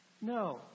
No